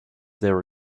there